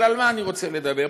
אבל על מה אני רוצה לדבר פה?